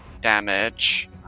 damage